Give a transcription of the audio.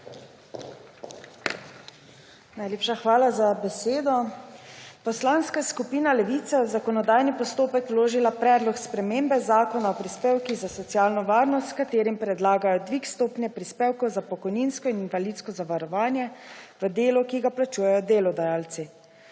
Najlepša hvala za besedo. Poslanska skupina Levica je v zakonodajni postopek vložila Predlog spremembe Zakona o prispevkih za socialno varnost, s katerim predlagajo dvig stopnje prispevkov za pokojninsko in invalidsko zavarovanje v delu, ki ga plačujejo delodajalci.